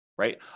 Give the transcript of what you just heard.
right